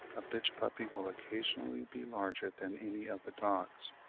a bitch-puppy will occasionally be larger than any of the dogs,